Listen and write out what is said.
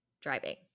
driving